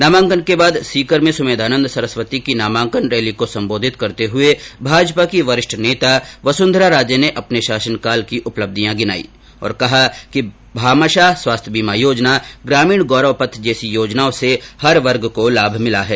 नामांकन के बाद सीकर में सुमेधानंद सरस्वती की नामांकन रैली को संबोधित करते हुए भाजपा की वरिष्ठ नेता वसुंधरा राजे ने अपने शासनकाल की उपलब्धियां गिनाई और कहा कि भामाषाह स्वास्थ्य बीमा योजना ग्रामीण गौरव पथ जैसी योजनाओं से हर वर्ग को लाभ मिला है